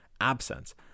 absence